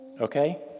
okay